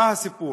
מה הסיפור?